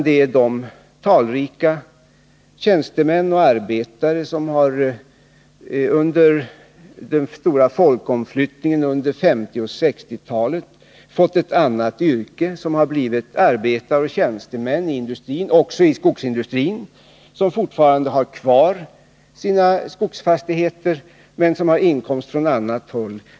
Det är de talrika arbetare och tjänstemän som under den stora folkomflyttningen under 1950 och 1960-talen fick ett annat yrke inom offentlig sektor och industrin — även inom skogsindustrin — som fortfarande har kvar sina skogsfastigheter men som har inkomster från annat håll.